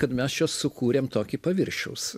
kad mes čia sukūrėm tokį paviršiaus